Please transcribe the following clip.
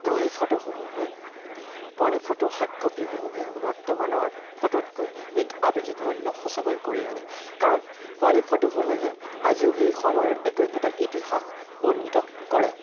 পুৰণি ফটোসমূহে পুৰণি ফটো হাৰ্ডকপিসমূহে বৰ্তমানৰ ফটোতকৈ এক আৱেগিক মূল্য সঁচাকৈ কঢ়িয়াই আনে কাৰণ পুৰণি ফটোসমূহে আজিও সেই সময়ৰ একো একোটা ইতিহাস বৰ্ণিত কৰায়